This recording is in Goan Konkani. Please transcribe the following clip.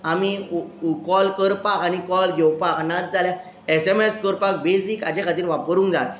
आमी ऊ ऊ कॉल करपाक आनी कॉल घेवपाक नात जाल्यार एसएमएस करपाक बेजीक हाज्या खातीर वापरूंक जाय